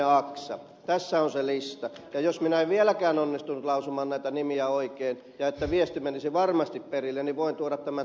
tässä on se lista ja jos minä en vieläkään onnistunut lausumaan näitä nimiä oikein ja jotta viesti menisi varmasti perille voin tuoda tämän teille kirjallisena